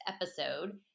episode